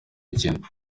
ikintu